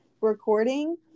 recording